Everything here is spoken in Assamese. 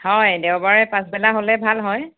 হয় দেওবাৰে পাছবেলা হ'লে ভাল হয়